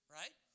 right